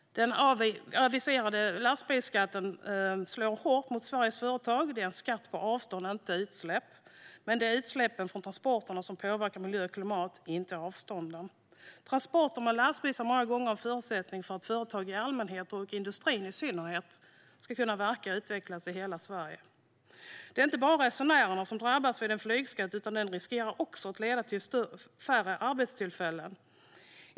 Den aviserade lastbilsskatten slår hårt mot Sveriges företag. Det är en skatt på avstånd, inte utsläpp, men det är utsläppen från transporterna som påverkar miljö och klimat, inte avstånden. Transporter med lastbil är många gånger en förutsättning för att företag i allmänhet och industrin i synnerhet ska kunna verka och utvecklas i hela Sverige. Det är inte bara resenärerna som drabbas av en flygskatt, utan den riskerar också att leda till färre arbetstillfällen.